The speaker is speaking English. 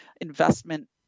investment